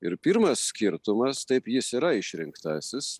ir pirmas skirtumas taip jis yra išrinktasis